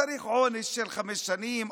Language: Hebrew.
צריך עונש של חמש שנים,